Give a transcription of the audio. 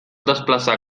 desplaçar